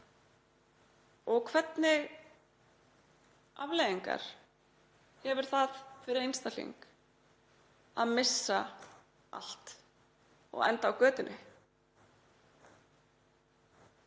og hvernig afleiðingar hefur það fyrir einstakling að missa allt og enda á götunni?